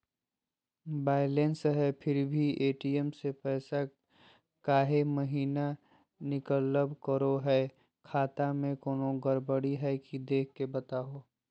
Balance है फिर भी भी ए.टी.एम से पैसा काहे महिना निकलब करो है, खाता में कोनो गड़बड़ी है की देख के बताहों?